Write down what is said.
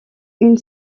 une